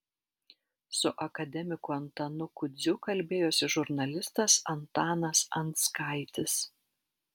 su akademiku antanu kudziu kalbėjosi žurnalistas antanas anskaitis